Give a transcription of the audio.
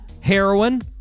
heroin